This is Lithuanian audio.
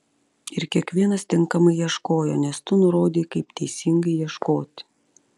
ir kiekvienas tinkamai ieškojo nes tu nurodei kaip teisingai ieškoti